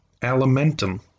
alimentum